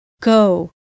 Go